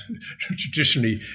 traditionally